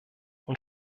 und